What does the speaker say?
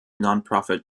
nonprofit